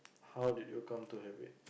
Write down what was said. how did you come to have it